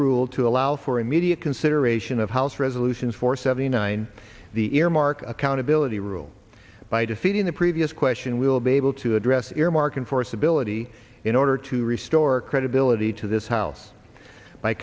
rule to allow for immediate consideration of house resolution four seventy nine the earmark accountability rule by defeating the previous question we will be able to address earmarking for civility in order to restore credibility to this house by